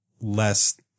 less